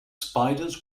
spiders